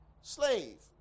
Slave